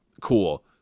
cool